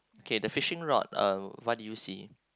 kay the fishing rod uh what do you see